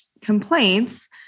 complaints